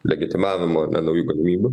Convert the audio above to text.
legitimavimo ar ne naujų gamybių